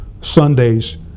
Sundays